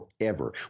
forever